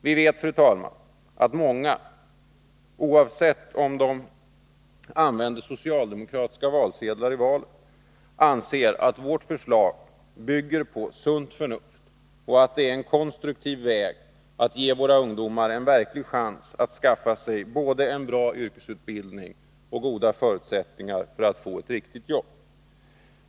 Vi vet, fru talman, att många, oavsett om de använder socialdemokratiska valsedlar vid valet eller ej, anser att vårt förslag bygger på sunt förnuft och att det är en konstruktiv väg att ge våra ungdomar en verklig chans att skaffa sig både en bra yrkesutbildning och goda förutsättningar för att få ett riktigt jobb.